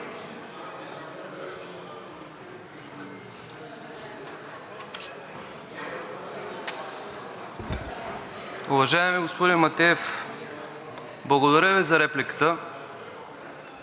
Уважаеми господин Матеев, благодаря Ви за репликата.